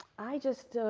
i just,